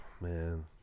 Man